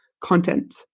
Content